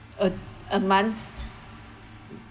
a a month